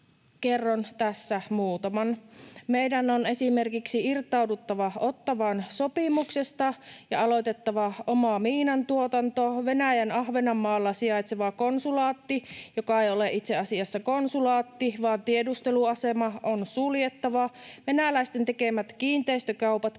Kerron tässä muutaman: Meidän on esimerkiksi irtauduttava Ottawan sopimuksesta ja aloitettava oma miinantuotanto. Venäjän Ahvenanmaalla sijaitseva konsulaatti, joka ei ole itse asiassa konsulaatti vaan tiedusteluasema, on suljettava. Venäläisten tekemät kiinteistökaupat